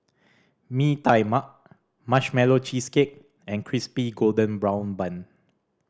Mee Tai Mak Marshmallow Cheesecake and Crispy Golden Brown Bun